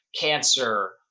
cancer